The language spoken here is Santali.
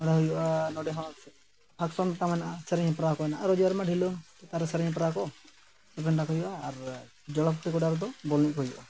ᱚᱸᱰᱮ ᱦᱩᱭᱩᱜᱼᱟ ᱱᱚᱰᱮ ᱦᱚᱸ ᱯᱷᱟᱠᱥᱚᱱᱛᱟ ᱢᱮᱱᱟᱜᱼᱟ ᱥᱮᱨᱮᱧ ᱦᱮᱯᱨᱟᱣ ᱠᱚ ᱢᱮᱱᱟᱜᱼᱟ ᱟᱨᱚ ᱟᱹᱰᱤ ᱟᱭᱢᱟ ᱰᱷᱤᱞᱞᱳᱝ ᱪᱮᱛᱟᱱᱨᱮ ᱥᱮᱨᱮᱧ ᱦᱮᱯᱨᱟᱣ ᱠᱚ ᱠᱚ ᱦᱩᱭᱩᱜᱼᱟ ᱟᱨ ᱡᱚᱲᱟᱯᱩᱠᱷᱨᱤ ᱜᱚᱰᱟ ᱨᱮᱫᱚ ᱵᱚᱞ ᱮᱱᱮᱡ ᱠᱚ ᱦᱩᱭᱩᱜᱼᱟ